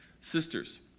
sisters